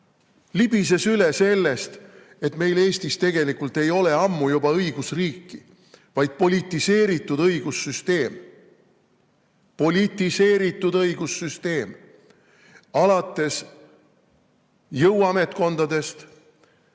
Libises üle sellest, et meil Eestis tegelikult ei ole ammu juba õigusriiki, vaid on politiseeritud õigussüsteem. Politiseeritud õigussüsteem, alates jõuametkondadest